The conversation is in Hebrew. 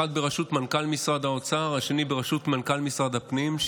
אחד בראשות מנכ"ל משרד האוצר והשני בראשות מנכ"ל משרד הפנים,